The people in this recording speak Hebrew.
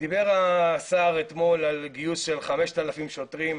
דיבר אתמול השר על גיוס של 5,000 שוטרים,